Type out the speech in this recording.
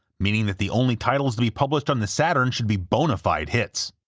meaning that the only titles to be published on the saturn should be bonafide hits.